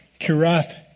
Kirath